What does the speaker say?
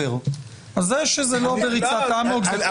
זה שזה לא בריצת "אמוק" זה טוב.